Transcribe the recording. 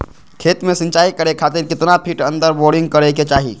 खेत में सिंचाई करे खातिर कितना फिट अंदर बोरिंग करे के चाही?